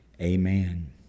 Amen